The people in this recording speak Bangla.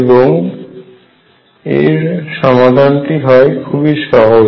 এবং এর সমাধানটি হয় খুবই সহজ